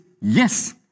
yes